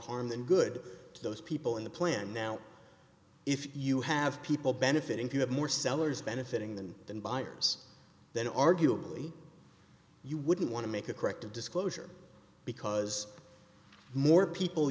harm than good to those people in the plan now if you have people benefiting who have more sellers benefiting them than buyers then arguably you wouldn't want to make a corrective disclosure because more people